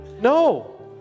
No